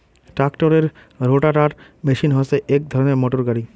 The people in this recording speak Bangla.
ট্রাক্টরের রোটাটার মেশিন হসে এক ধরণের মোটর গাড়ি